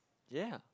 ya